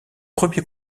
premiers